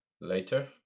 later